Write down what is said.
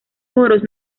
moros